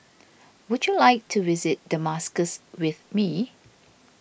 would you like to visit Damascus with me